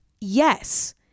yes